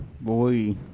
boy